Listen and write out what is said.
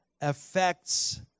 affects